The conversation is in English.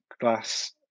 glass